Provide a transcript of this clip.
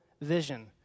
vision